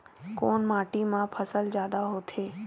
कोन माटी मा फसल जादा होथे?